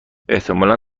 احتمالا